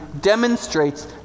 demonstrates